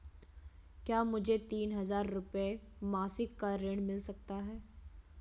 क्या मुझे तीन हज़ार रूपये मासिक का ऋण मिल सकता है?